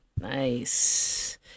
Nice